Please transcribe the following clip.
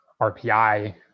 RPI